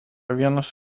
vienas